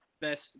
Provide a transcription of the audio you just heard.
best